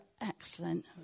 excellent